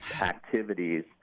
activities